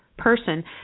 person